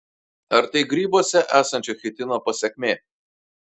ar tai grybuose esančio chitino pasekmė